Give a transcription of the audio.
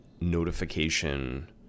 notification